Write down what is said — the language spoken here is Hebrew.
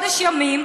חודש ימים,